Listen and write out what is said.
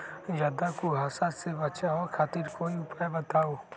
ज्यादा कुहासा से बचाव खातिर कोई उपाय बताऊ?